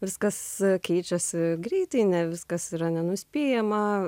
viskas keičiasi greitai ne viskas yra nenuspėjama